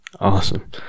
Awesome